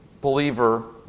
believer